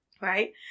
Right